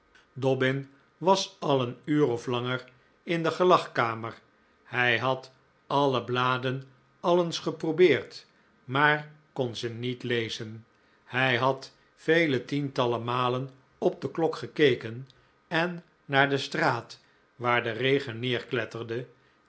dobbin was al een uur of langer in de gelagkamer hij had alle bladen al eens geprobeerd maar kon ze niet lezen hij had vele tientallen malen op de klok gekeken en naar de straat waar de regen